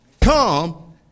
Come